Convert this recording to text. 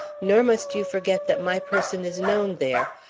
nor must you forget that my person is known there,